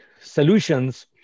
solutions